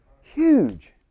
Huge